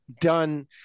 done